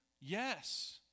Yes